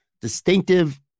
distinctive